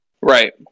Right